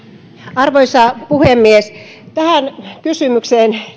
arvoisa puhemies tähän kysymykseen